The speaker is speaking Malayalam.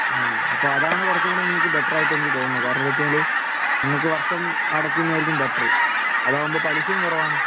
അപ്പോൾ അതാണ് കുറച്ചുംകൂടെ നിങ്ങൾക്ക് ബെറ്ററായിട്ട് എനിക്ക് തോന്നുന്നത് കാരണം എന്താന്ന് വെച്ചുകഴിഞ്ഞാല് നിങ്ങൾക്ക് വർഷം അടക്കുന്നതായിരിക്കും ബെറ്റർ അതാകുമ്പോൾ പലിശയും കുറവാണ്